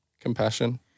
compassion